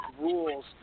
rules